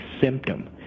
symptom